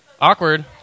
Awkward